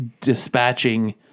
dispatching